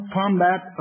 combat